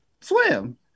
swim